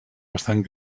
bastant